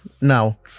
now